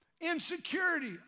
Insecurity